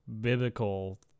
biblical